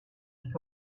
nicht